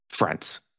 Friends